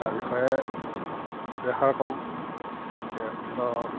তাৰ বিষয়ে দুআষাৰ কওঁ এতিয়া ধৰি লক